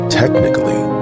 technically